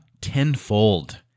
tenfold